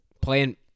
Playing